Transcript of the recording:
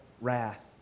wrath